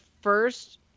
first